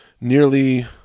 nearly